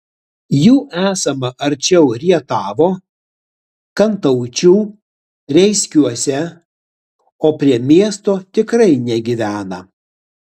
jų esama arčiau rietavo kantaučių reiskiuose o prie miesto tikrai negyvena